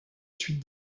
suite